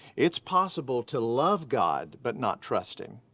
it's possible to love god, but not trust him.